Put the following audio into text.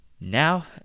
Now